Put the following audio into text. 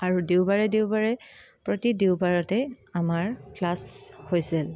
আৰু দেওবাৰে দেওবাৰে প্ৰতি দেওবাৰতে আমাৰ ক্লাছ হৈছিল